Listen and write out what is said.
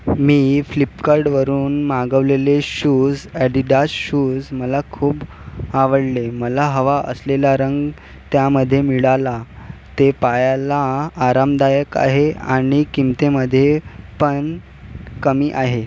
मी फ्लिपकार्टवरून मागवलेले shoes Adidas shoes मला खूप आवडले मला हवा असलेला रंग त्यामध्ये मिळाला ते पायाला आरामदायक आहे आणि किमतीमध्ये पण कमी आहे